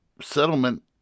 settlement